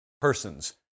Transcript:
persons